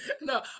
No